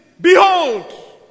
behold